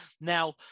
Now